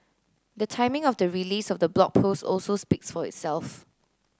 the timing of the release of the Blog Post also speaks for itself